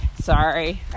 Sorry